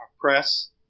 press